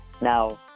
Now